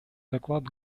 доклад